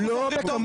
אנחנו זוכרים טוב